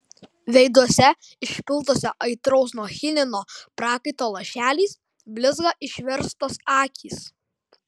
veiduose išpiltuose aitraus nuo chinino prakaito lašeliais blizga išverstos akys